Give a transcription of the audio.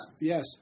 Yes